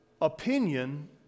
Opinion